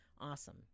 awesome